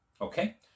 Okay